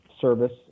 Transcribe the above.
service